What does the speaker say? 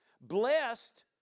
Blessed